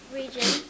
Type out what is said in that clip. region